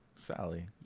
sally